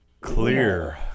clear